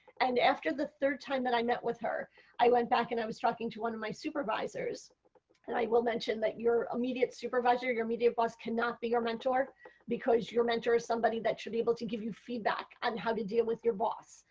and after the third time that i met with her i went back and i was talking to one of my supervisors and i will mention that your immediate supervisor, your immediate boss cannot be your mentor because your mentor is something that should be able to give you feedback on how to deal with your box.